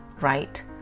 right